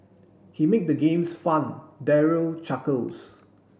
he make the games fun Daryl chuckles